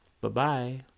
Bye-bye